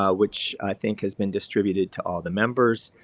ah which i think has been distributed to all the members,